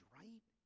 right